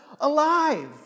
alive